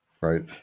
right